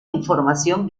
información